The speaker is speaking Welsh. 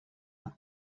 nhw